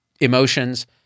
emotions